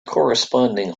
corresponding